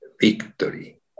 victory